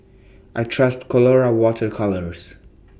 I Trust Colora Water Colours